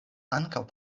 ankaŭ